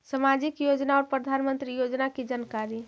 समाजिक योजना और प्रधानमंत्री योजना की जानकारी?